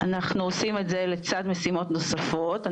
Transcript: אנחנו עושים את זה לצד משימות נוספות.